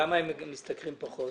למה הם משתכרים פחות?